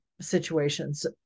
situations